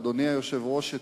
אדוני היושב-ראש,